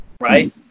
right